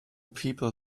people